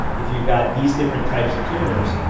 if you've got these different types of tumours,